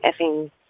effing